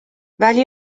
ولی